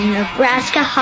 Nebraska